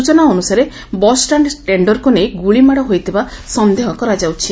ସୂଚନା ଅନୁସାରେ ବସ୍ଷାଣ୍ ଟେଶ୍ଡରକୁ ନେଇ ଗୁଳିମାଡ଼ ହୋଇଥିବା ସନ୍ଦେହ କରାଯାଉଛି